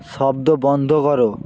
শব্দ বন্ধ করো